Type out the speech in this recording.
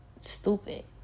stupid